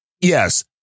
yes